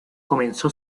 comenzó